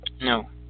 No